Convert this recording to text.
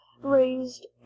raised